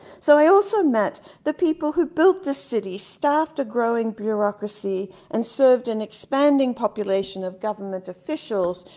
so, i also met the people who built this city, staffed a growing bureaucracy and served an expanding population of government officials,